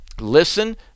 listen